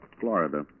Florida